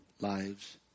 lives